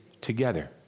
together